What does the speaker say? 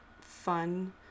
fun